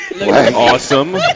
Awesome